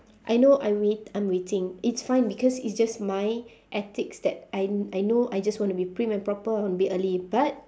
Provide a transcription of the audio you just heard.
I know I'm wait~ I'm waiting it's fine because it's just my ethics that I kn~ I know I just want to be prim and proper I want to be early but